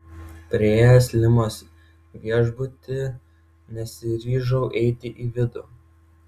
priėjęs limos viešbutį nesiryžau eiti į vidų